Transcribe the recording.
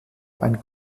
ein